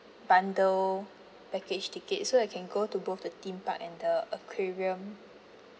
bundle package ticket so that can go to both the theme park and the aquarium